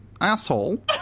asshole